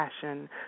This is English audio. passion